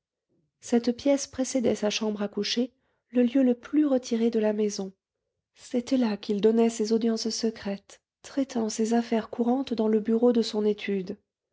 cette pièce précédait sa chambre à coucher le lieu le plus retiré de la maison c'était là qu'il donnait ses audiences secrètes traitant ses affaires courantes dans le bureau de son étude